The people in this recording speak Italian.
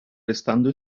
restando